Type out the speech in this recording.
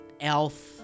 elf